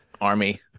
army